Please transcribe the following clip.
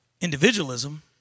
individualism